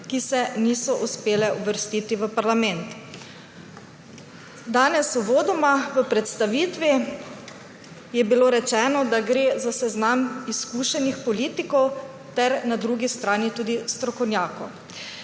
ki se niso uspele uvrstiti v parlament. Danes je bilo uvodoma v predstavitvi rečeno, da gre za seznam izkušenih politikov ter na drugi strani tudi strokovnjakov.